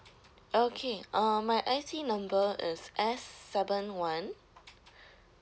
okay um my I_C number is S seven one